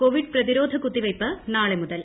Covid പ്രതീരോധ കുത്തിവെയ്പ് നാളെ മുതൽ